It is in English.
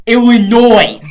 Illinois